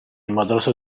المدرسة